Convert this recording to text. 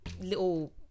little